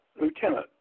lieutenant